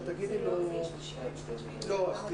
ישנם שני נושאים ספציפיים: אחד,